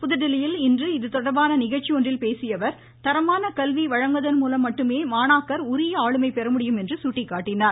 புதுதில்லியில் இன்று இது தொடர்பான நிகழ்ச்சி ஒன்றில் பேசியஅவர் தரமான கல்வி வழங்குவதன்மூலம் மட்டுமே மாணாக்கர் உரிய ஆளுமை பெறமுடியும் என்றும் சுட்டிக்காட்டினார்